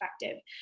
effective